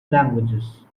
languages